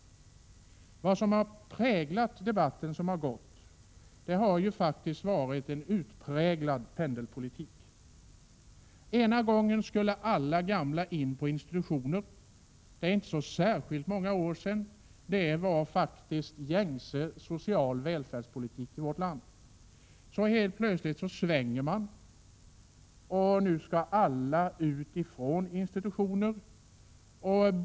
Den politik som har bedrivits har faktiskt varit en utpräglad pendelpolitik. Ena gången skulle alla gamla in på institutioner — det är inte särskilt många år sedan detta var gängse social välfärdspolitik i vårt land. Så helt plötsligt svänger man, och nu skall alla ut ifrån institutionerna.